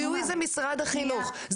זיהוי זה משרד החינוך,